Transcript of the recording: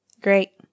Great